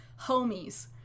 homies